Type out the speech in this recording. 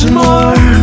more